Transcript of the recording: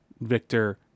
Victor